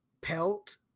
pelt